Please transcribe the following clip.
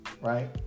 right